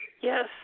Yes